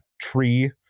tree